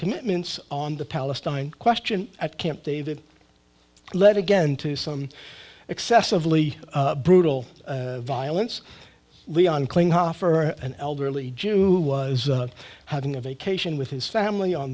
commitments on the palestine question at camp david let it get into some excessively brutal violence leon klinghoffer an elderly jew was having a vacation with his family on